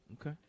Okay